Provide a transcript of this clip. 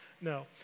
No